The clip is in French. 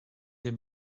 les